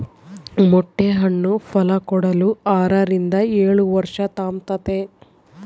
ಮೊಟ್ಟೆ ಹಣ್ಣು ಫಲಕೊಡಲು ಆರರಿಂದ ಏಳುವರ್ಷ ತಾಂಬ್ತತೆ